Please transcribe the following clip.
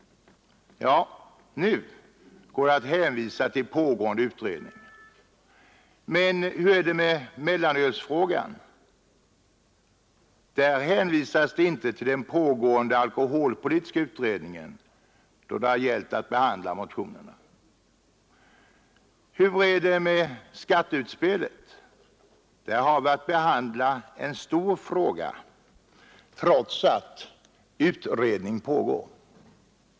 Ja, nu går det att hänvisa till pågående utredningar! Men hur är det med mellanölsfrågan? Där hänvisas det icke till den pågående alkoholpolitiska utredningen då det gällt att behandla motionerna! Hur är det med skatteutspelet? Där har vi att behandla en stor fråga, trots att ”utredning pågår”!